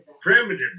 primitive